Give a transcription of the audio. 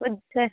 వద్దు సార్